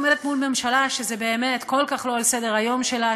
אני עומדת מול ממשלה שזה כל כך לא על סדר-היום שלה,